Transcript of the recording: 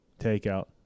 takeout